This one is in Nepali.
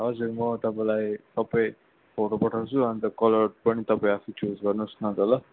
हजुर म तपाईँलाई सबै फोटो पठाउँछु अन्त कलर पनि तपाईँ आफै चुज गर्नुस् न त ल